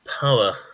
power